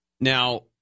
Now